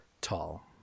Tall